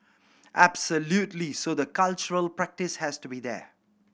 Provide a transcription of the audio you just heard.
absolutely so the cultural practise has to be there